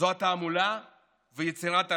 וזו התעמולה ויצירת האשליות.